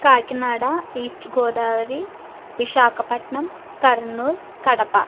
Kakinada East Godavari Visakhapatnam Kurnool Kadapa